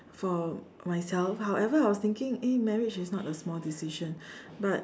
for myself however I was thinking eh marriage is not a small decision but